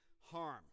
harm